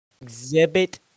Exhibit